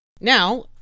Now